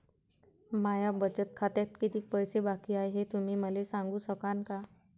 माया बचत खात्यात कितीक पैसे बाकी हाय, हे तुम्ही मले सांगू सकानं का?